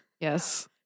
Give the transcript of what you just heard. Yes